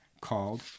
called